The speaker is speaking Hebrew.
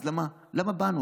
אז למה באנו?